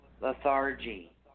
lethargy